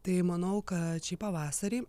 tai manau kad šį pavasarį